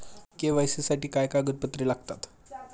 KYC साठी काय कागदपत्रे लागतात?